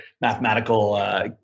mathematical